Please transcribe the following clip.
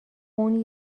اون